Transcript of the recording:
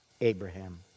Abraham